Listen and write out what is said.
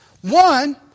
One